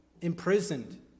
imprisoned